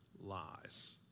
lies